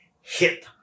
hit